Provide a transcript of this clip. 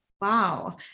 Wow